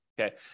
okay